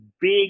big